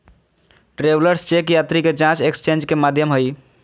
travellers cheque यात्री के जांच एक्सचेंज के माध्यम हइ